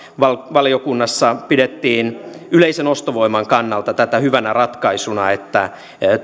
valiokunnassa pidettiin yleisen ostovoiman kannalta tätä hyvänä ratkaisuna että